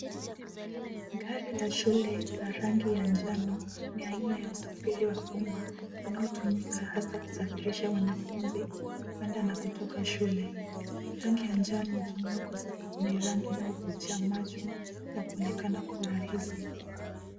Gari la shule la rangi ya njano ni aina ya usafiri wa umma, unaotumika hasa kusafirisha wanafunzi, kwenda na kutoka shule. Rangi ya njano hutumiwa ni rangi inayovutia macho na kuonekana kwa urahisi.